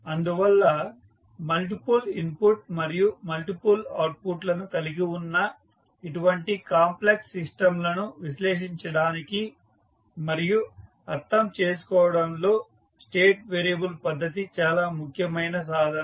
అందువల్ల multiple input మరియు multiple అవుట్పుట్లను కలిగి ఉన్న ఇటువంటి కాంప్లెక్స్ సిస్టంలను విశ్లేషించడానికి మరియు అర్థం చేసుకోవడంలో స్టేట్ వేరియబుల్ పద్ధతి చాలా ముఖ్యమైన సాధనం